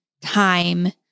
time